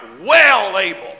well-able